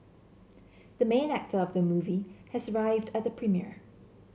the main actor of the movie has arrived at the premiere